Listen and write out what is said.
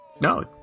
No